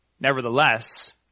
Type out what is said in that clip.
Nevertheless